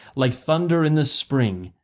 like thunder in the spring,